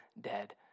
dead